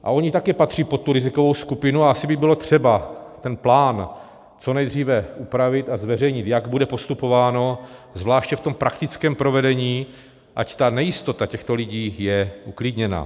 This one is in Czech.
A oni také patří pod tu rizikovou skupinu a asi by bylo třeba ten plán co nejdříve upravit a zveřejnit, jak bude postupováno, zvláště v tom praktickém provedení, ať ta nejistota těchto lidí je uklidněna.